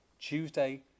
Tuesday